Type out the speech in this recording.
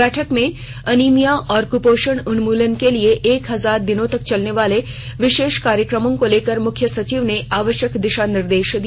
बैठक में अनीमिया और कुपोषण उन्मूलन के लिए एक हजार दिनों तक चलने वाले विशेष कार्यक्रम को लेकर मुख्य सचिव ने आवष्यक दिषा निर्देष दिया